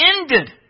ended